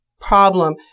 problem